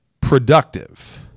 productive